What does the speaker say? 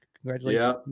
Congratulations